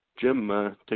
Jim